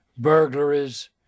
burglaries